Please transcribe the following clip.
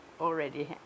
already